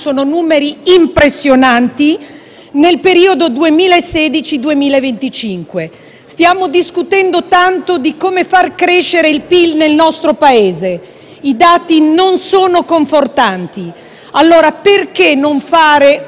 nel periodo tra il 2016 e il 2025. Stiamo discutendo tanto di come far crescere il PIL nel Paese e i dati non sono confortanti: perché non fare un ragionamento approfondito